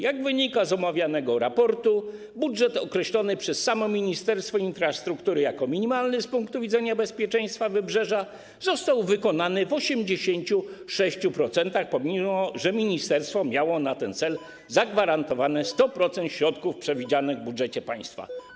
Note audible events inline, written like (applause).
Jak wynika z omawianego raportu, budżet określony przez samo Ministerstwo Infrastruktury jako minimalny z punktu widzenia bezpieczeństwa wybrzeża został wykonany w 86%, (noise) pomimo że ministerstwo miało na ten cel zagwarantowane 100% środków przewidzianych w budżecie państwa.